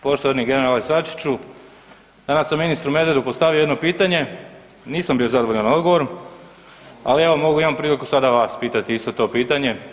Poštovani generale Sačiću, danas sam ministru Medvedu postavio jedno pitanje, nisam bio zadovoljan odgovorom, ali evo mogu, imam priliku sada vas pitati isto to pitanje.